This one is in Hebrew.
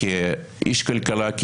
כאיש כלכלה,